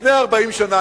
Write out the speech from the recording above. לפני 40 שנה.